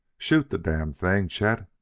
shoot the damned thing, chet!